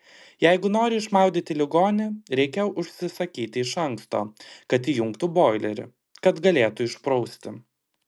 jeigu nori išmaudyti ligonį reikia užsisakyti iš anksto kad įjungtų boilerį kad galėtų išprausti